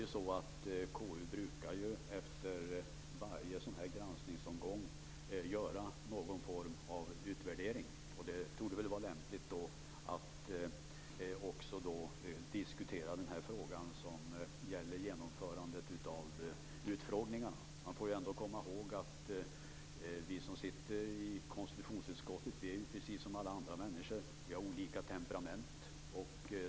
Efter varje granskningsomgång brukar KU göra någon form av utvärdering. Det torde vara lämpligt att diskutera frågan om genomförandet av utfrågningarna i samband med den. Vi som sitter i konstitutionsutskottet är precis som alla andra människor. Vi har olika temperament.